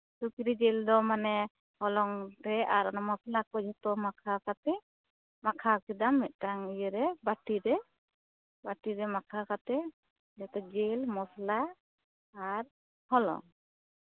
ᱥᱩᱠᱨᱤ ᱡᱤᱞ ᱫᱚ ᱢᱟᱱᱮ ᱦᱚᱞᱚᱝᱛᱮ ᱟᱨ ᱢᱚᱥᱞᱟ ᱠᱚ ᱡᱚᱛᱚ ᱢᱟᱠᱷᱟᱣ ᱠᱟᱛᱮᱫ ᱢᱟᱠᱷᱟᱣ ᱠᱮᱫᱟᱢ ᱢᱤᱫᱴᱟᱝ ᱤᱭᱟᱹᱨᱮ ᱵᱟᱹᱴᱤᱨᱮ ᱵᱟᱹᱴᱤᱨᱮ ᱢᱟᱠᱷᱟᱣ ᱠᱟᱛᱮᱫ ᱡᱚᱛᱚ ᱡᱤᱞ ᱢᱚᱥᱞᱟ ᱟᱨ ᱦᱚᱞᱚᱝ